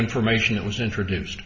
information that was introduced